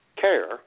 CARE